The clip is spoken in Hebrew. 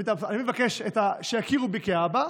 אני מבקש שיכירו בי כאבא.